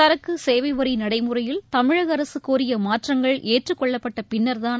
சரக்கு சேவை வரி நடைமுறையில் தமிழக அரசு கோரிய மாற்றங்கள் ஏற்றுக்கொள்ளப்பட்ட பின்னர்தான்